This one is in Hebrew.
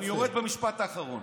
אני יורד במשפט האחרון.